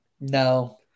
No